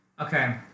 Okay